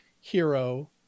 hero